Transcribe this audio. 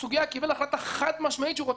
קיבל החלטה חד-משמעית שהוא רוצה את המנגנון.